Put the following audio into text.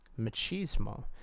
Machismo